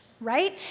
right